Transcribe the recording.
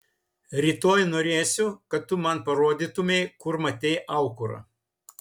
rytoj norėsiu kad tu man parodytumei kur matei aukurą